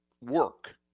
work